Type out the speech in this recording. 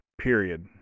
period